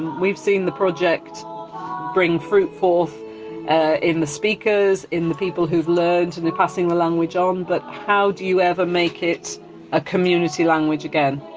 we've seen the project bring fruit forth ah in the speakers, in the people who've learnt and are passing the language on but how do you ever make it a community language again?